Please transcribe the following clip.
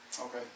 Okay